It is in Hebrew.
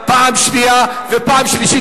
פעם שנייה ופעם שלישית.